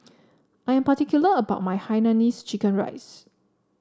I'm particular about my Hainanese Chicken Rice